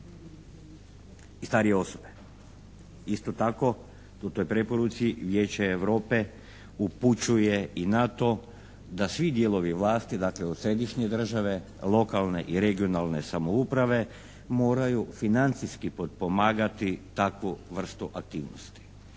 i starije osobe. Isto tako u toj preporuci Vijeće Europe upućuje i na to da svi dijelovi vlasti, dakle od središnje države, lokalne i regionalne samouprave moraju financijski potpomagati takvu vrstu aktivnosti.